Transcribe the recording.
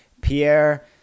Pierre